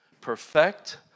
perfect